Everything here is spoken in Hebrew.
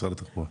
משרד התחבורה.